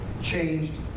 changed